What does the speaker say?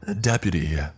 Deputy